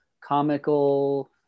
comical